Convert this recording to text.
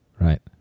right